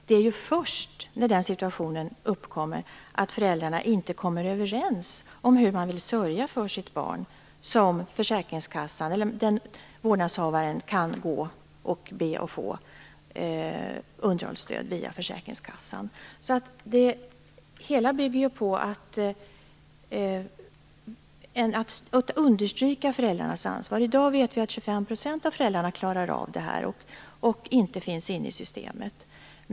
Det är ju först när den situationen uppstår att föräldrarna inte kommer överens om hur man vill sörja för sitt barn som vårdnadshavaren kan ansöka om underhållsstöd via försäkringskassan. Det hela bygger ju på att föräldrarnas ansvar understryks. I dag vet vi att 25 % av föräldrarna klarar av detta och inte finns inne i systemet.